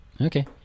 okay